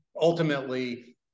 ultimately